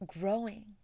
growing